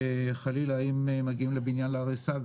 וחלילה אם מגיעים עם בניין להריסה,